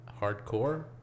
hardcore